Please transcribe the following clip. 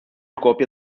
kopja